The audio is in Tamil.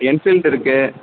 என்ஃபீல்டு இருக்குது